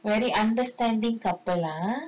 very understanding couple lah ah